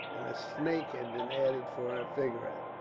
and a snake had been added for her figurehead.